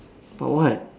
but what